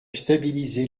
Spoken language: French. stabiliser